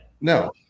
no